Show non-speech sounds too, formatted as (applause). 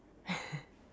(breath)